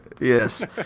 Yes